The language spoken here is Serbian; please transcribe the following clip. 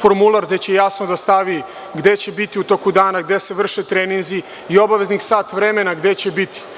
formular gde će jasno da napiše gde će biti u toku dana, gde se vrše treninzi i obaveznih sat vremena gde će biti.